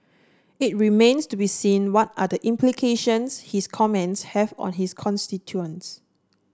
it remains to be seen what are the implications his comments have on his constituents